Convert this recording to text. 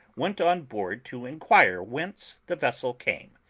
went on board to enquire whence the vessel came.